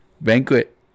banquet